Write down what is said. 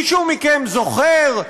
מישהו מכם זוכר,